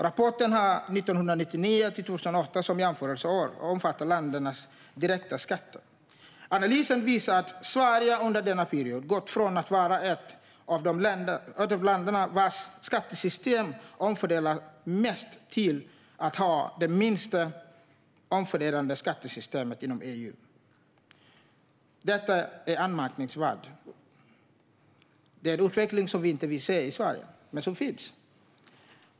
Rapporten har 1999 och 2008 som jämförelseår och omfattar ländernas direkta skatter. Analysen visar att Sverige under denna period har gått från att vara ett av de länder vars skattesystem omfördelar mest till att ha det minst omfördelande skattesystemet inom EU. Detta är anmärkningsvärt. Det är en utveckling som vi inte vill se i Sverige men som sker.